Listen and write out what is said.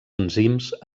enzims